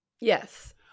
yes